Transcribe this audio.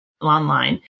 online